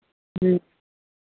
ह्म्म